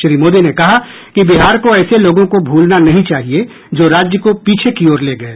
श्री मोदी ने कहा कि बिहार को ऐसे लोगों को भूलना नहीं चाहिए जो राज्य को पीछे की ओर ले गए